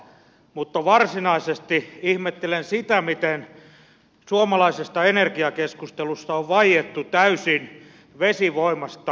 mutta varsinaisesti ihmettelen sitä miten suomalaisessa energiakeskustelussa on vaiettu täysin vesivoimasta